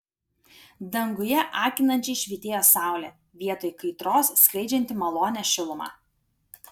danguje akinančiai švytėjo saulė vietoj kaitros skleidžianti malonią šilumą